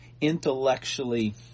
intellectually